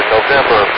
November